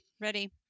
ready